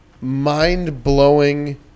mind-blowing